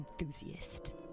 enthusiast